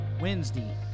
Wednesday